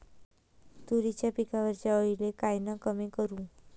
तुरीच्या पिकावरच्या अळीले कायनं कमी करू?